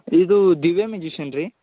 ಇದು ದಿವ್ಯ ಮ್ಯೂಜಿಷನ್ ರೀ